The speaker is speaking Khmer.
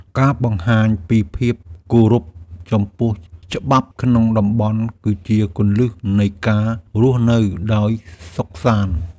ការបង្ហាញពីភាពគោរពចំពោះច្បាប់ក្នុងតំបន់គឺជាគន្លឹះនៃការរស់នៅដោយសុខសាន្ដ។